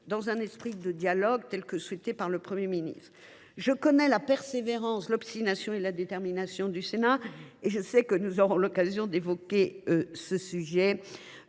dans un esprit de dialogue, comme le souhaite le Premier ministre. Je connais la persévérance, l’obstination et la détermination du Sénat. Je sais que nous aurons l’occasion de revenir sur ce sujet.